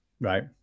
Right